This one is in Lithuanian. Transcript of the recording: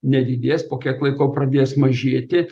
nedidės po kiek laiko pradės mažėti